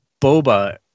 Boba